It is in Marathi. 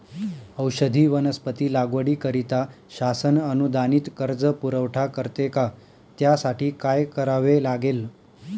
औषधी वनस्पती लागवडीकरिता शासन अनुदानित कर्ज पुरवठा करते का? त्यासाठी काय करावे लागेल?